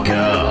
go